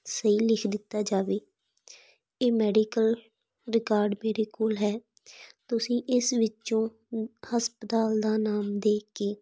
ਸਹੀ ਲਿਖ ਦਿੱਤਾ ਜਾਵੇ ਇਹ ਮੈਡੀਕਲ ਰਿਕਾਰਡ ਮੇਰੇ ਕੋਲ ਹੈ ਤੁਸੀਂ ਇਸ ਵਿੱਚੋਂ ਹਸਪਤਾਲ ਦਾ ਨਾਮ ਦੇਖ ਕੇ